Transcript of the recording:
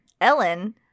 Ellen